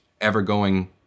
ever-going